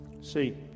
see